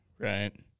Right